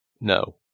No